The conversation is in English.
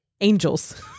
angels